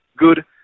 good